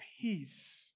peace